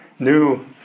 new